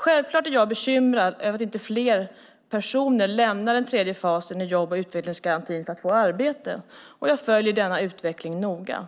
Självklart är jag bekymrad över att inte fler personer lämnar den tredje fasen i jobb och utvecklingsgarantin för att få arbete. Jag följer denna utveckling noga.